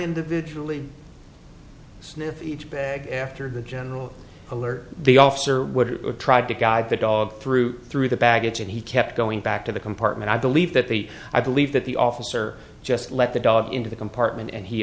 individually sniff each bag after the general alert the officer would try to guide the dog through through the baggage and he kept going back to the compartment i believe that they i believe that the officer just let the dog into the compartment and he